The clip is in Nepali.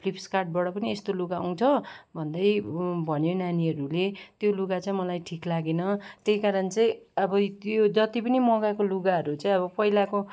फ्लिपकार्टबाट पनि यस्तो लुगा आउँछ भन्दै भन्यो नानीहरूले त्यो लुगा चाहिँ मलाई ठिक लागेन त्यही कारण चाहिँ अब त्यो जति पनि मगाएको लुगाहरू चाहिँ अब पहिलाको